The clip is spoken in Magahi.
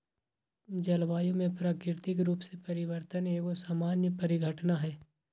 जलवायु में प्राकृतिक रूप से परिवर्तन एगो सामान्य परिघटना हइ